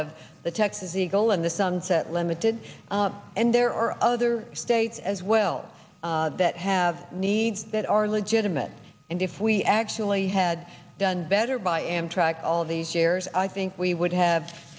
of the texas eagle and the sunset limited and there are other states as well that have needs that are legitimate and if we actually had done better by track all these years i think we would have